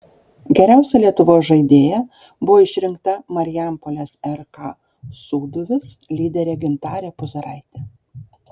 geriausia lietuvos žaidėja buvo išrinkta marijampolės rk sūduvis lyderė gintarė puzaraitė